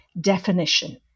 definition